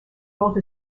both